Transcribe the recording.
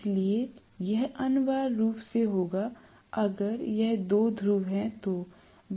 इसलिए यह अनिवार्य रूप से होगा अगर यह दो ध्रुव है तो